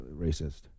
racist